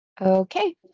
Okay